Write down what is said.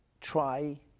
try